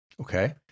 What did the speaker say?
Okay